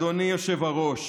אדוני היושב-ראש,